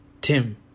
tim